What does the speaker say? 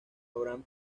abraham